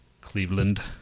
Cleveland